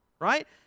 right